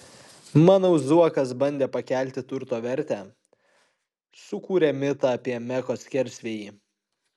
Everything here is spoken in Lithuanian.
manau zuokas bandė pakelti turto vertę sukūrė mitą apie meko skersvėjį